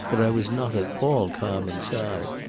but i was not at all calm inside.